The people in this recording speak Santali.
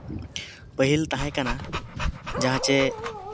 ᱯᱟᱹᱦᱤᱞ ᱛᱟᱦᱮᱸ ᱠᱟᱱᱟ ᱡᱟᱦᱟᱸ ᱪᱮ